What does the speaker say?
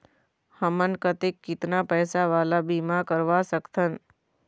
हमन कतेक कितना पैसा वाला बीमा करवा सकथन?